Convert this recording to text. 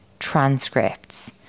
transcripts